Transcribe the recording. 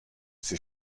ses